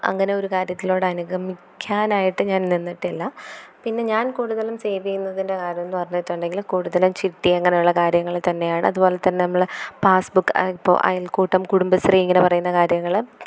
അങ്ങനെ ഒരു കാര്യത്തിലോടനുഗമിക്കാനായിട്ട് ഞാൻ നിന്നിട്ടില്ല പിന്നെ ഞാൻ കൂടുതലും സേവെയുന്നതിൻ്റെ കാരണമെന്നു പറഞ്ഞിട്ടുണ്ടെങ്കില് കൂടുതലും ചിട്ടി അങ്ങനെയുള്ള കാര്യങ്ങൾ തന്നെയാണ് അതുപോലെ തന്നെ നമ്മള് പാസ് ബുക്ക് ഇപ്പോള് അയൽക്കൂട്ടം കുടുംബശ്രീ ഇങ്ങനെ പറയുന്ന കാര്യങ്ങള്